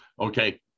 Okay